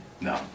No